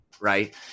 Right